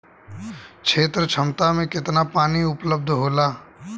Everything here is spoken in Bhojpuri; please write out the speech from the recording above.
क्षेत्र क्षमता में केतना पानी उपलब्ध होला?